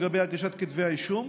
לגבי הגשת כתבי האישום.